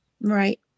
Right